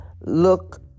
look